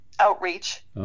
outreach